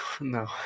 no